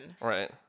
Right